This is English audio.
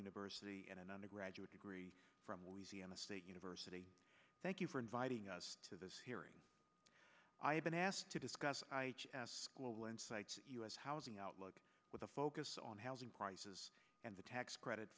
university and an undergraduate degree from louisiana state university thank you for inviting us to this hearing i have been asked to discuss global housing outlook with a focus on housing prices and the tax credit